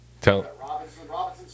Tell